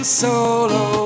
solo